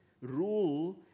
rule